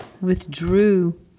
withdrew